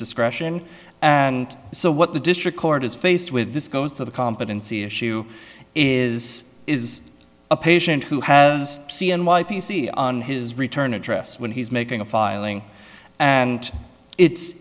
discretion and so what the district court is faced with this goes to the competency issue is is a patient who has c n n y p c on his return address when he's making a filing and it's